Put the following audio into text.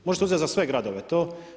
Možete uzeti za sve gradove to.